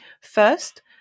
First